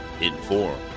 Inform